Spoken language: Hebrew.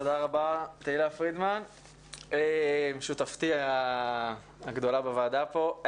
תודה רבה, תהלה פרידמן, שותפתי הגדולה בוועדה פה.